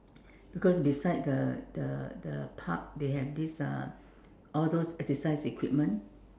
because beside the the the park they have this uh all those exercise equipment